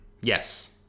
Yes